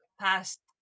past